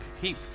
keep